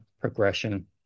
progression